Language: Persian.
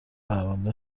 پرونده